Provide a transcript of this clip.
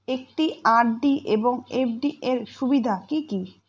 একটি আর.ডি এবং এফ.ডি এর সুবিধা কি কি?